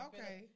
Okay